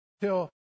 till